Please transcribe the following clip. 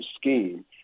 scheme